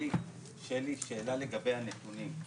שלי, שאלה לגבי הנתונים.